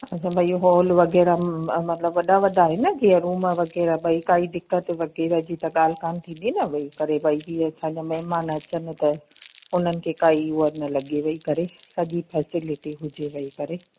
असां भाई इहो हॉल वग़ैरह म मतिलब वॾा वॾा आहिनि जीअं रूम वग़ैरह भाई काई दिक़तु वग़ैरह जी त ॻाल्हि कोन्ह थींदी न भाई वेही करे जीअं असांजा महिमान अचनि त उन्हनि खे काई हूअ न लॻे वेही करे सॼी फैसिलिटी हुजे वेही करे